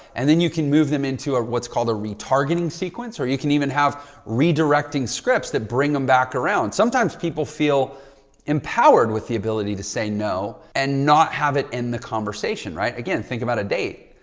and then you can move them into what's called a retargeting sequence. or you can even have redirecting scripts that bring them back around. sometimes people feel empowered with the ability to say no and not have it in the conversation. right? again, think about a date.